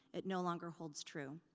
it no longer holds true.